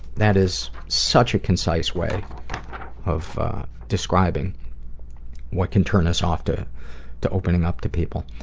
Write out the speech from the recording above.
that is such a concise way of describing what can turn us off to to opening up to people.